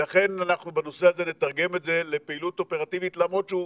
לכן בנושא הזה נתרגם את זה לפעילות אופרטיבית למרות שזה